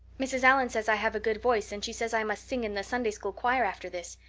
mrs. allan says i have a good voice and she says i must sing in the sunday-school choir after this.